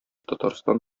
татарстан